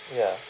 ya